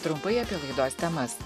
trumpai apie laidos temas